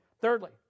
Thirdly